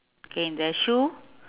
okay the shoe